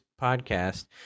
podcast